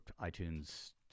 iTunes